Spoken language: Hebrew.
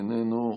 איננו.